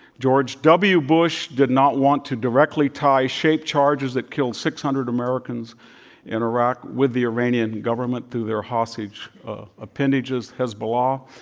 george w. bush did not want to directly tie sheik charges that killed six hundred americans in iraq with the iranian government through their hostage appendages, hezbollah.